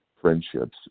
friendships